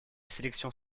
sélection